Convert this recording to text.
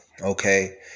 Okay